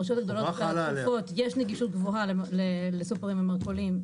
ברשויות הגדולות והצפופות יש נגישות גבוהה לסופרמרקטים ולמרכולים.